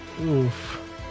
Oof